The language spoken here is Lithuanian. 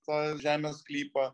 tą žemės sklypą